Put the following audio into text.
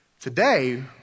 Today